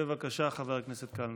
בבקשה, חבר הכנסת קלנר.